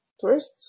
First